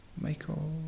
Michael